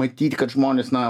matyti kad žmonės na